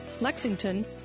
lexington